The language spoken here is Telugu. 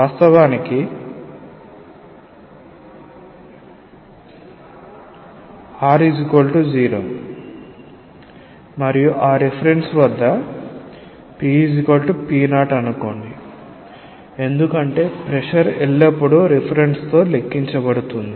వాస్తవానికి r0 అనే రిఫరెన్స్ వద్ద pp0అనుకోండి ఎందుకంటే ప్రెషర్ ఎల్లప్పుడూ రిఫరెన్స్ తో లెక్కించబడుతుంది